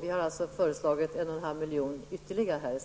Därför har vi föreslagit att det skall anslås ytterligare